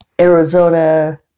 Arizona